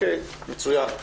מצוין.